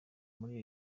muri